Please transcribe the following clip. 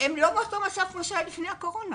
השתנה והוא לא כפי שהוא היה לפני הקורונה.